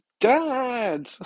Dad